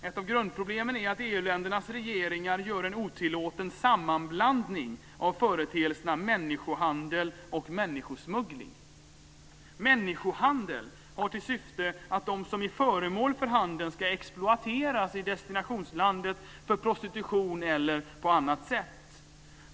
Ett av grundproblemen är att EU ländernas regeringar gör en otillåten sammanblandning av företeelserna människohandel och människosmuggling. Människohandel har till syfte att de som är föremål för handeln ska exploateras i destinationslandet för prostitution eller på annat sätt.